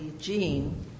gene